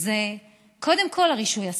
זה קודם כול רישוי עסקים.